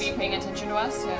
paying attention to us?